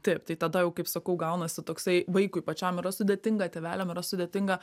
taip tai tada jau kaip sakau gaunasi toksai vaikui pačiam yra sudėtinga tėveliam yra sudėtinga